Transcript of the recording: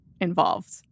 involved